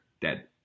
Dead